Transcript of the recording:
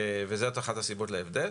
אבל אז לראות שבסוף לשוטר